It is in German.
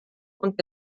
und